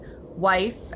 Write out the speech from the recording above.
wife